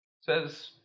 Says